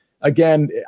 Again